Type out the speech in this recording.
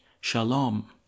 Shalom